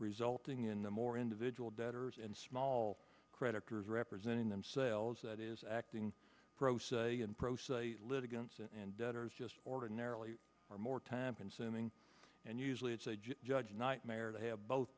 resulting in the more individual debtors and small creditors representing themselves that is acting pro se and pro se litigants and debtors just ordinarily are more time consuming and usually it's a judge nightmare to have both